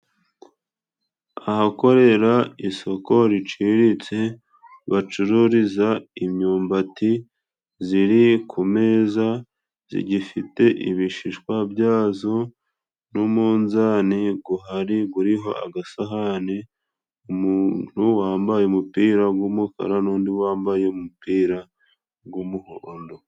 Ahakorera isoko riciriritse bacururiza imyumbati, ziri ku meza zigifite ibishishwa byazo, n'umunzani guhari guriho agasahani, umuntu wambaye umupira w'umukara n'undi wambaye umupira w'umuhondo.